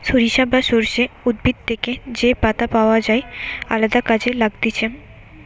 সরিষা বা সর্ষে উদ্ভিদ থেকে যে পাতা পাওয় যায় আলদা কাজে লাগতিছে